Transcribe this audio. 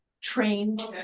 trained